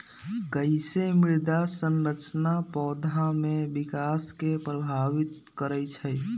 कईसे मृदा संरचना पौधा में विकास के प्रभावित करई छई?